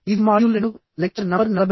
ఇది module 2 lecture number 44